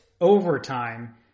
overtime